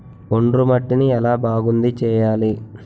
ఒండ్రు మట్టిని ఎలా బాగుంది చేయాలి?